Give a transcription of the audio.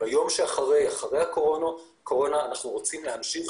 ביום שאחרי הקורונה אנחנו רוצים להמשיך